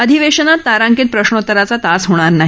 अधिवेशानात तारांकित प्रश्नोतराचा तास होणार नाही